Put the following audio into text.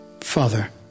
Father